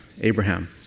Abraham